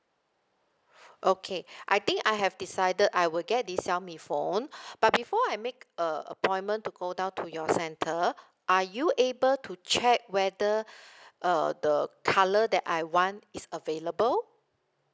okay I think I have decided I will get the xiaomi phone but before I make a appointment to go down to your center are you able to check whether err the colour that I want is available